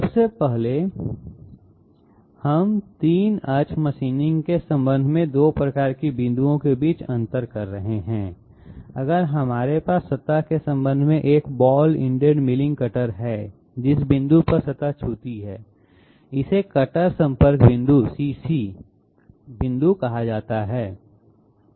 सबसे पहले हम 3 अक्ष मशीनिंग के संबंध में 2 प्रकार के बिंदुओं के बीच अंतर कर रहे हैं अगर हमारे पास सतह के संबंध में एक बॉल इंडेड मिलिंग कटर है जिस बिंदु पर सतह छूती है इसे कटर संपर्क बिंदु CC बिंदु कहा जाता है